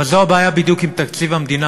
אבל זו בדיוק הבעיה עם תקציב המדינה,